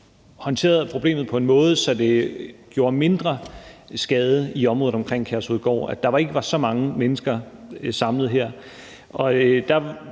håndteret problemet på en måde, så det gjorde mindre skade i området omkring Kærshovedgård og der ikke var så mange mennesker samlet der.